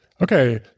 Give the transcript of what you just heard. Okay